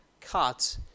cut